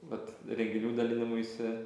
vat reginių dalinimuisi